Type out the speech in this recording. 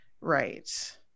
Right